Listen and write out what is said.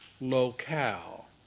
locale